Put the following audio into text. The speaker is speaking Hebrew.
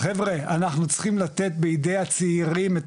חבר'ה אנחנו צריכים לתת בידי הצעירים את